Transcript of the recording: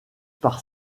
par